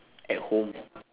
at home